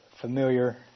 familiar